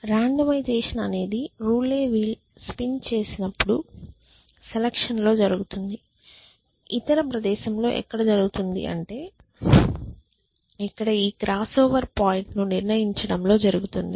randomization అనేది roulette wheel spin చేసినప్పుడు selection లో జరుగుతుంది ఇతర ప్రదేశంలో ఎక్కడ జరుగుతుంది అంటే ఇక్కడ ఈ క్రాస్ఓవర్ పాయింట్ ను నిర్ణయించటంలో జరుగుతుంది